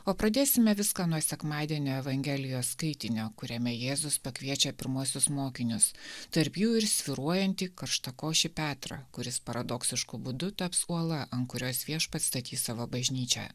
o pradėsime viską nuo sekmadienio evangelijos skaitinio kuriame jėzus pakviečia pirmuosius mokinius tarp jų ir svyruojantį karštakošį petrą kuris paradoksišku būdu taps uola ant kurios viešpats statys savo bažnyčią